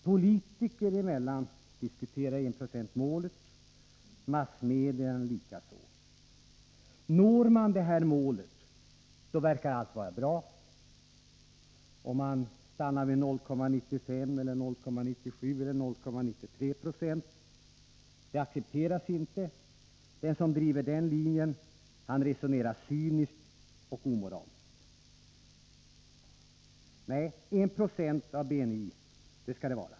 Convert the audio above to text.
Politiker emellan diskuteras enprocentsmålet, massmedia emellan likaså. Når man det målet verkar allt vara bra. Att man stannar vid 0,95 20, 0,97 90 eller 0,93 26 accepteras inte. Den som driver den linjen resonerar cyniskt och omoraliskt! Nej, 1 20 av BNI skall det vara!